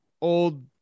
old